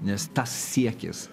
nes tas siekis